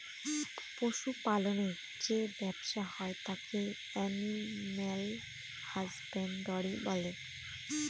পশু পালনের যে ব্যবসা হয় তাকে এলিম্যাল হাসব্যানডরই বলে